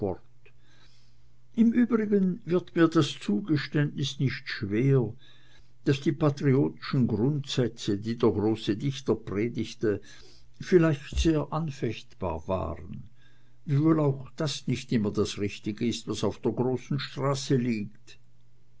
im übrigen wird mir das zugeständnis nicht schwer daß die patriotischen grundsätze die der große dichter predigte vielleicht sehr anfechtbar waren wiewohl auch das nicht immer das richtige ist was auf der großen straße liegt